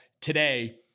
today